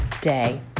day